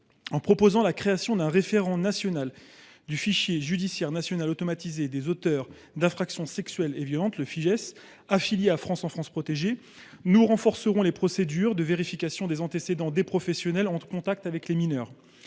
et violentes. En créant un référent national du fichier judiciaire national automatisé des auteurs d’infractions sexuelles ou violentes (Fijais) affilié à France Enfance protégée, nous renforcerions les procédures de vérification des antécédents des professionnels qui sont en contact avec les mineurs.